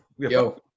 yo